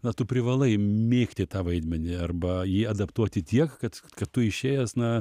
na tu privalai mėgti tą vaidmenį arba jį adaptuoti tiek kad kad tu išėjęs na